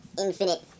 infinite